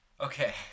Okay